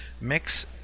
mix